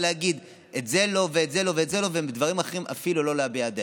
ולהגיד: את זה לא ואת זה לא ואת זה לא,